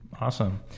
Awesome